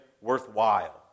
worthwhile